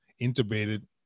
intubated